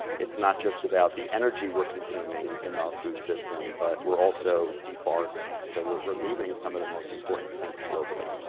it's not just about the energy we're consuming in our food system, but we're also deforesting so we're removing some of the most important sinks globally.